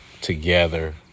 together